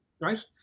right